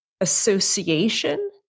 association